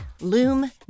loom